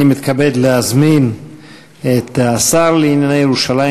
אני מתכבד להזמין את השר לענייני ירושלים